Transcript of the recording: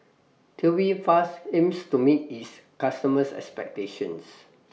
Tubifast aims to meet its customers' expectations